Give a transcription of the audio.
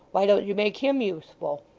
why don't you make him useful